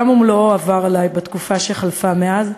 עולם ומלואו עברו עלי בתקופה שחלפה מאז,